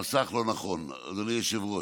המסך לא נכון, אדוני היושב-ראש.